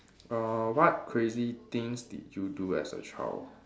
uh what crazy things did you do as a child